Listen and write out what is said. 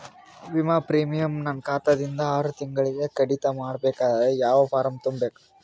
ವಿಮಾ ಪ್ರೀಮಿಯಂ ನನ್ನ ಖಾತಾ ದಿಂದ ಆರು ತಿಂಗಳಗೆ ಕಡಿತ ಮಾಡಬೇಕಾದರೆ ಯಾವ ಫಾರಂ ತುಂಬಬೇಕು?